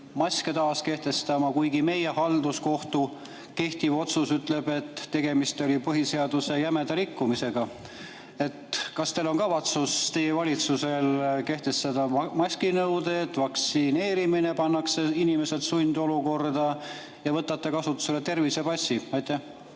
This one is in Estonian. nõudeid] kehtestama, kuigi meie halduskohtu kehtiv otsus ütleb, et tegemist oli põhiseaduse jämeda rikkumisega. Kas teil on kavatsus, teie valitsusel, kehtestada maski [kandmise] nõuded, vaktsineerimine, millega pannakse inimesed sundolukorda, ja võtta kasutusele tervisepass? Aitäh,